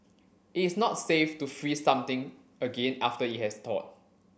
it's not safe to freeze something again after it has thawed